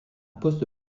poste